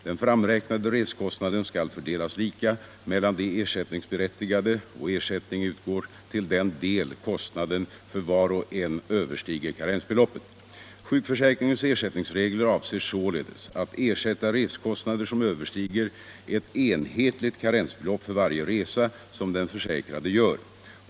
Den framräknade resekostnaden skall fördelas lika mellan de ersättningsberättigade, och ersättning utgår till den del kostnaden för var och en överstiger karensbeloppet. Sjukförsäkringens ersättningsregler avser således att ersätta resekostnader som överstiger ett enhetligt karensbelopp för varje resa som den försäkrade gör.